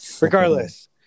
Regardless